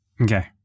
okay